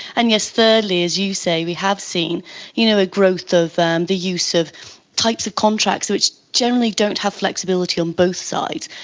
and, yes, thirdly, as you say, we have seen you know a growth in the use of types of contracts which generally don't have flexibility on both sides.